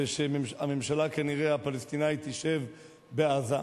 ושהממשלה הפלסטינית כנראה תשב בעזה,